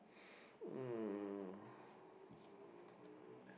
um